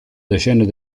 decennio